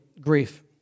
grief